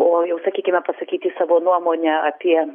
o jau sakykime pasakyti savo nuomonę apie